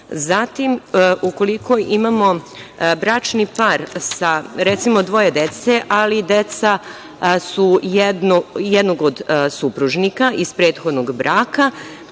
novca. Zatim, ukoliko imamo bračni par sa, recimo, dvoje dece, ali deca su jednog od supružnika iz prethodnog braka,